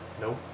Nope